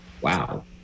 wow